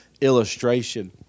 illustration